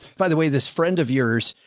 by the way, this friend of yours,